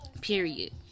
period